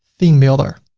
theme builder.